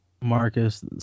Marcus